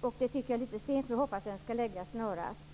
Jag tycker att det är lite för sent. Jag hoppas att ett förslag kommer att läggas fram snarast.